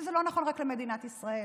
וזה נכון לא רק למדינת ישראל.